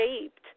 shaped